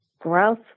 growth